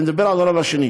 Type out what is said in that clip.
אני מדבר על הרב השני.